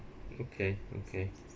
okay okay